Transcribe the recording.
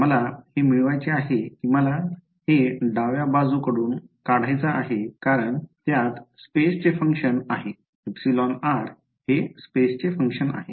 मला हे मिळवायचे आहे की मला हे डाव्या बाजू कडून काढायचा आहे कारण त्यात स्पेस चे फंक्शन आहे εr हे स्पेस चे फंक्शन आहे